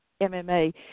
MMA